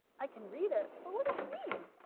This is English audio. i can read it but what does it mean?